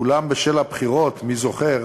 אולם בשל הבחירות, מי זוכר?